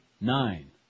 nine